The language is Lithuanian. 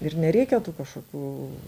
ir nereikia tų kažkokių